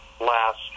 last